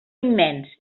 immens